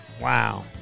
Wow